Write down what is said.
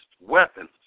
weapons